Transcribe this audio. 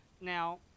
Now